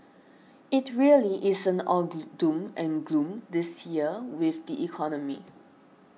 it really isn't all the doom and gloom this year with the economy